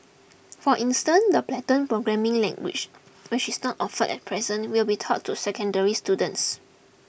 for instance the Python programming language which is not offered at present will be taught to secondary students